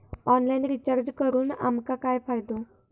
Online recharge करून आमका काय फायदो?